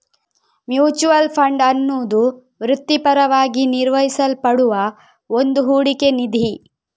mutual fund ಅನ್ನುದು ವೃತ್ತಿಪರವಾಗಿ ನಿರ್ವಹಿಸಲ್ಪಡುವ ಒಂದು ಹೂಡಿಕೆ ನಿಧಿ